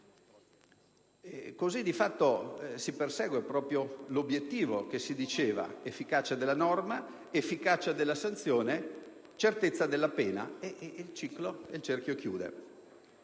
Così, di fatto, si persegue proprio l'obiettivo che si diceva: efficacia della norma, efficacia della sanzione, certezza della pena e il cerchio chiude!